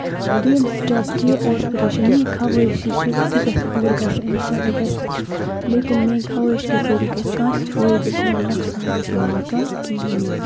دۄیِم سِٹیٚپ کہِ ایٚسپریشن میٲنۍ خَوٲہِش یہِ چھِ تہِ گژھِ پوٗرٕ گژھٕنۍ اِنشاء للہ گژھِ تہِ لیکِن میٲنۍ خَوٲیِش کہِ ذٔریعہٕ گژھِ کٲنسہِ فٲیدٕ یُن نۄقصان گژھِ نہٕ واتُن کِہینۍ